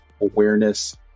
awareness